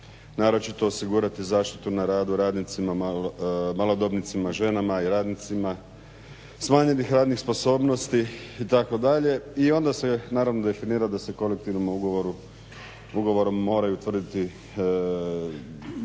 naročito osigurati zaštitu na radu radnicima, malodobnicima, ženama i radnicima smanjenih radnih sposobnosti itd. I onda se naravno definira da se kolektivnim ugovorom moraju utvrditi poslovi